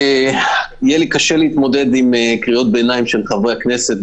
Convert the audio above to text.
יהיה לי קשה להתמודד עם קריאות ביניים של חברי הכנסת,